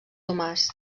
tomàs